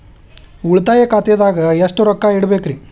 ಉಳಿತಾಯ ಖಾತೆದಾಗ ಎಷ್ಟ ರೊಕ್ಕ ಇಡಬೇಕ್ರಿ?